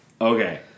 Okay